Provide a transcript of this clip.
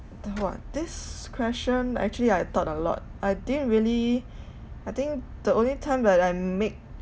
the !wah! this question actually I thought a lot I didn't really I think the only time that I make